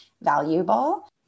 valuable